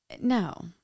no